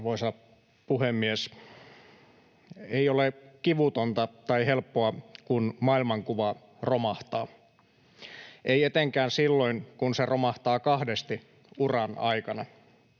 Arvoisa puhemies! Ei ole kivutonta tai helppoa, kun maailmankuva romahtaa. Ei etenkään silloin, kun se romahtaa kahdesti uran aikana.